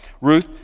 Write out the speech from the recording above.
Ruth